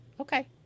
okay